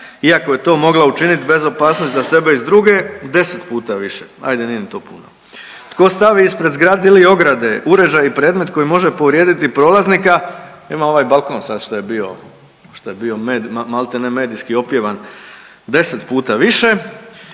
ako je to mogla učiniti bez opasnosti za sebe i za druge 10 puta više. Ajde nije ni to puno. Tko stavi ispred zgrade ili ograde uređaj i predmet koji može povrijediti prolaznika, ima ovaj balkon šta je bio, šta je bio maltene medijski opjevan, 10 puta.